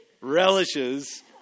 relishes